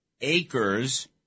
acres